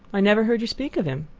i never heard you speak of him.